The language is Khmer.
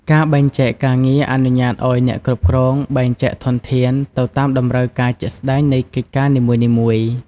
ការបែងចែកការងារអនុញ្ញាតឱ្យអ្នកគ្រប់គ្រងបែងចែកធនធាន ទៅតាមតម្រូវការជាក់ស្តែងនៃកិច្ចការនីមួយៗ។